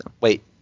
wait